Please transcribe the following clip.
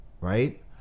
right